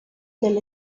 del